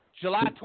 July